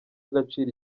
agaciro